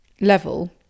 level